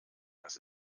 das